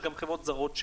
חברות זרות,